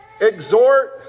Exhort